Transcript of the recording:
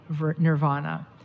nirvana